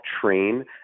train